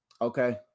Okay